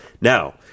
Now